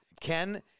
Ken